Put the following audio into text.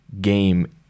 game